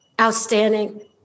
Outstanding